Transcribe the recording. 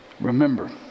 Remember